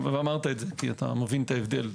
אמרת את זה כי אתה מבין את ההבדל,